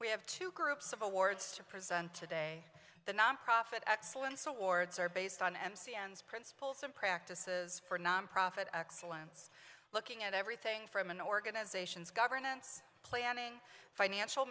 we have two groups of awards to present today the nonprofit excellence awards are based on m c a ends principles and practices for nonprofit excellence looking at everything from an organization's governance planning financial